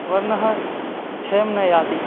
वर्णः क्षयं न याति